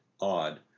odd